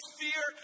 fear